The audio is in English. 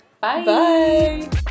Bye